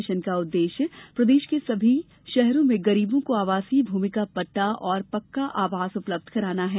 mission का उददेश्य प्रदेश के सभी शहरों में गरीबों को आवासीय भूमि का पट्टा एवं पक्का आवास उपलब्ध कराना है